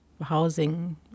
housing